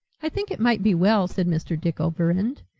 i think it might be well, said mr. dick overend,